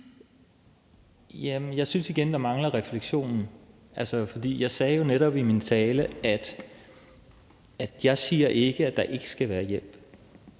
(V): Jeg synes igen, at der mangler en refleksion, for jeg siger jo netop i min tale, at jeg ikke siger, at der ikke skal være hjælp,